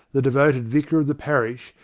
the devoted vicar of the parish,